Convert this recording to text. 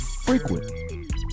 frequent